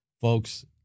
folks